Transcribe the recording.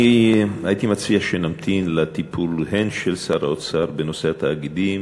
אני הייתי מציע שנמתין לטיפול הן של שר האוצר בנושא התאגידים